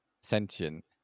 sentient